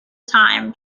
time